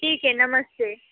ठीक है नमस्ते